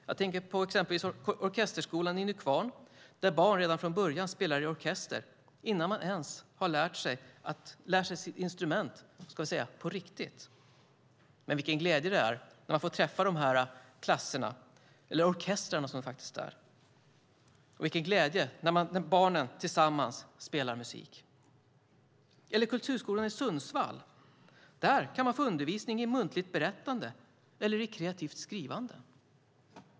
Jag tänker till exempel på orkesterskolan i Nykvarn där barn redan från början spelar i orkester innan de ens lärt sig instrumentet "på riktigt". Vilken glädje det är att få träffa de här klasserna eller orkestrarna, och vilken glädje när barnen tillsammans skapar musik! Eller ta kulturskolan i Sundsvall. Där kan man få undervisning i muntligt berättande och i kreativt skrivande.